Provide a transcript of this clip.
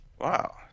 Wow